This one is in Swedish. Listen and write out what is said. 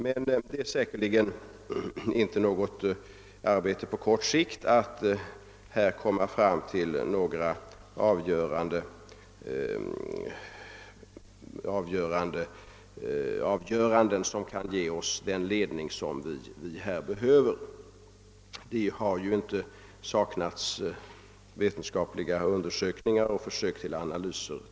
Men det är helt säkert inte ett arbete på kort sikt att där komma fram till några resultat som kan ge oss den ledning vi i det fallet behöver. Vi har ju inte heller tidigare saknat vetenskapliga undersökningar och försök till analyser.